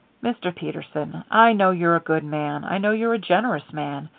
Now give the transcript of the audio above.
mr. peterson, i know you're a good man. i know you're a generous man.